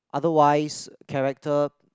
otherwise character